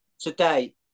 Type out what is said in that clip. today